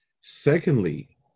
Secondly